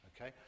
Okay